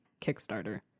Kickstarter